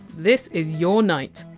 this is your night.